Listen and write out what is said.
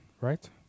right